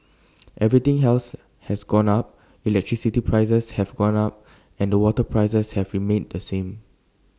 everything else has gone up electricity prices have gone up and the water prices have remained the same